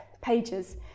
pages